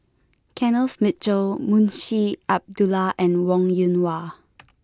Kenneth Mitchell Munshi Abdullah and Wong Yoon Wah